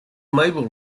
maple